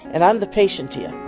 and i'm the patient here